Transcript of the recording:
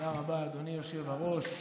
תודה רבה, אדוני היושב-ראש.